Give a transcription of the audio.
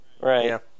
Right